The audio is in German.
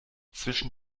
zwischen